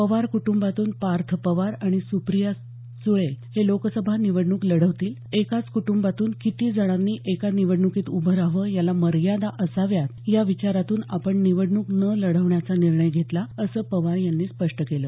पवार कुटुंबातून पार्थ पवार आणि सुप्रिया सुळे हे लोकसभा निवडणूक लढवतील एकाच क्टंबातून किती जणांनी एका निवडण्कीत उभं राहावं याला मर्यादा असाव्यात याच विचारातून आपण निवडणूक न लढवण्याचा निर्णय घेतला असं पवार यांनी स्पष्ट केलं